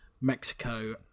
Mexico